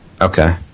Okay